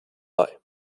bei